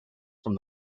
from